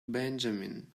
benjamin